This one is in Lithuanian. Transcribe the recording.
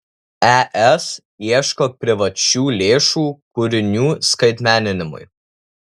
es ieško privačių lėšų kūrinių skaitmeninimui